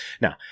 Now